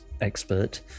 expert